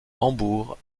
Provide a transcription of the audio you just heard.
hambourg